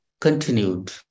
continued